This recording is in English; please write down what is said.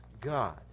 God